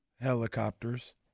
Helicopters